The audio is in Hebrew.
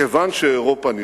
כיוון שאירופה נפגעת,